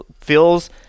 feels